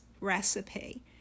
recipe